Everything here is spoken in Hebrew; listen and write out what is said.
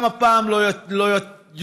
וגם הפעם לא יצליחו,